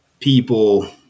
people